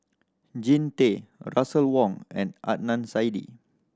Jean Tay Russel Wong and Adnan Saidi